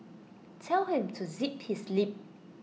tell him to zip his lip